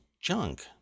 junk